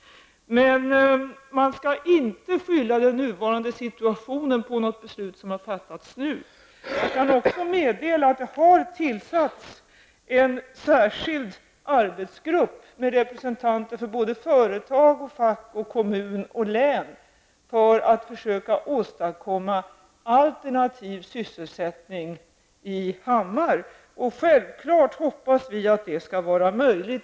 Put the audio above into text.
Men man skall inte skylla den nuvarande situationen på något beslut som har fattats nu. Jag kan också meddela att det har tillsatts en särskild arbetsgrupp med representanter för företag, fack, kommun och län för att försöka åstadkomma alternativ sysselsättning i Hammar. Självfallet hoppas vi att det skall vara möjligt.